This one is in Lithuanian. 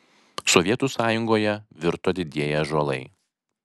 sovietų sąjungoje virto didieji ąžuolai